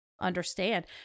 understand